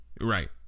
Right